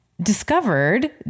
discovered